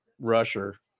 rusher